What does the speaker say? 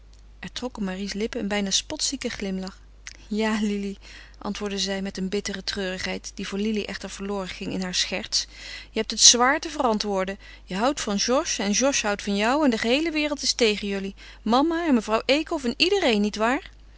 er trok om marie's lippen een bijna spotzieke glimlach ja lili antwoordde zij met een bittere treurigheid die voor lili echter verloren ging in haar scherts je hebt het zwaar te verantwoorden je houdt van georges en georges houdt van jou en de geheele wereld is tegen jullie mama en mevrouw eekhof en iedereen